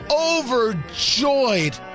overjoyed